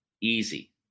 Easy